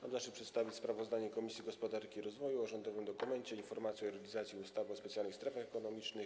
Mam zaszczyt przedstawić sprawozdanie Komisji Gospodarki i Rozwoju o rządowym dokumencie: „Informacja o realizacji ustawy o specjalnych strefach ekonomicznych.